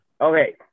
Okay